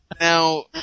Now